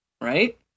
right